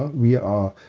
we are.